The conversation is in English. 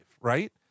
right